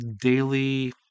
daily